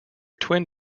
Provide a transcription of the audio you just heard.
twin